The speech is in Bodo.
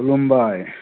खुलुमबाय